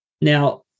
Now